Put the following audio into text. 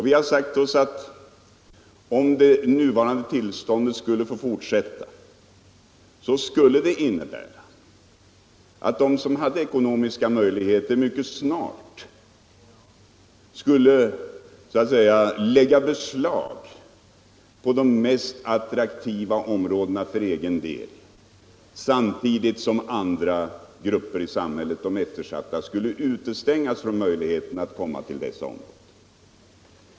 Vi har då sagt oss, att om det nuvarande tillståndet får bestå, så innebär det att de som har ekonomiska förutsättningar mycket snart för egen del kan lägga beslag på de mest attraktiva områdena, samtidigt som eftersatta grupper i samhället utestängs från att vistas i sådana områden.